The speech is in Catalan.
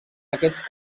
aquests